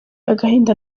agahinda